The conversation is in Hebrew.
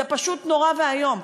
זה פשוט נורא ואיום.